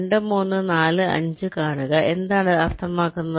2 3 4 5 കാണുക എന്താണ് അർത്ഥമാക്കുന്നത്